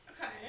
Okay